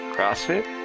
CrossFit